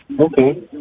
Okay